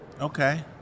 okay